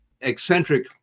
eccentric